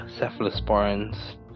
Cephalosporins